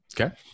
Okay